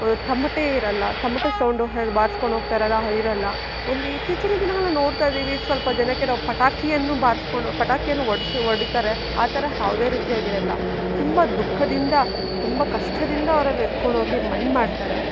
ತಮಟೆ ಇರಲ್ಲ ತಮಟೆ ಸೌಂಡ್ ಬಾರಿಸ್ಕೊಂಡು ಹೋಗ್ತಾರಲ್ಲ ಅದು ಇರಲ್ಲ ಒಂದು ಇತ್ತೀಚಿನ ದಿನಗಳಲ್ಲಿ ನೋಡ್ತಾಯಿದ್ದೀವಿ ಸ್ವಲ್ಪ ಜನಕ್ಕೆ ನಾವು ಪಟಾಕಿಯನ್ನು ಬಾರಿಸ್ಕೊಂಡು ಪಟಾಕಿಯನ್ನು ಹೊಡ್ಸ್ ಹೊಡೀತಾರೆ ಆ ಥರ ಯಾವುದೇ ರೀತಿಯಾಗಿರಲ್ಲ ತುಂಬ ದುಃಖದಿಂದ ತುಂಬ ಕಷ್ಟದಿಂದ ಅವರನ್ನು ಎತ್ಕೊಂಡು ಹೋಗಿ ಮಣ್ಣು ಮಾಡ್ತಾರೆ